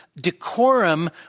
Decorum